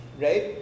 right